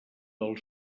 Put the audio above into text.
del